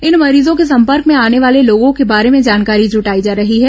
इन मरीजों के संपर्क में आने वाले लोगों के बारे में जानकारी जुटाई जा रही है